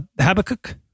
Habakkuk